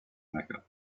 mecca